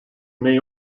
may